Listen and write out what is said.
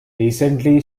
recently